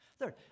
Third